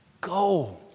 Go